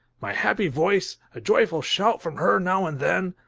my happy voice, a joyful shout from her now and then,